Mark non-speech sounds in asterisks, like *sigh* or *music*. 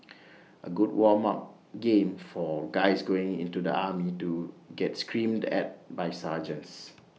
*noise* A good warm up game for guys going into the army to get screamed at by sergeants